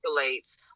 escalates